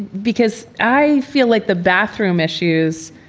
because i feel like the bathroom issues,